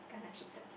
kena cheated